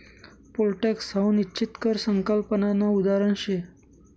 pole tax हाऊ निश्चित कर संकल्पनानं उदाहरण शे